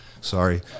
Sorry